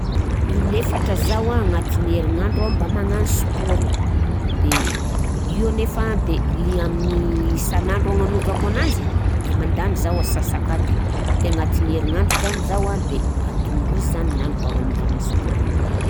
In-efatra zaho a agnatin'ny herignandro mba magnano spaoro, de io nefa de ny amin'ny isanandro agnanaovako ananzy de mandany zaho ansasakadiny, de agnatiny herignandro zany zaho a de adiny roy zany laniko agnanaovana spaoro.